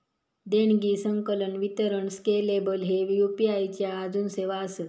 देणगी, संकलन, वितरण स्केलेबल ह्ये यू.पी.आई च्या आजून सेवा आसत